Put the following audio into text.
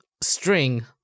string